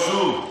אבל, שוב,